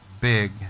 big